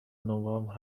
نوامبر